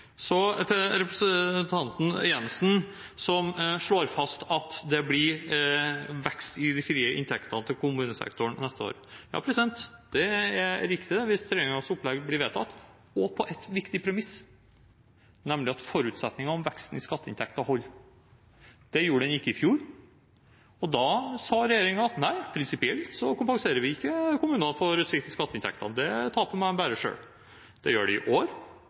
Så til representanten Jenssen, som slår fast at det blir vekst i de frie inntektene til kommunesektoren neste år: Det er riktig – hvis regjeringens opplegg blir vedtatt, og med et viktig premiss, nemlig at forutsetningene, veksten i skatteinntekter, holder. Det gjorde den ikke i fjor, og da sa regjeringen at nei, prinsipielt kompenserer vi ikke kommuner for svikt i skatteinntekter – det tapet må de bære selv. Det gjør de i år,